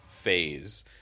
phase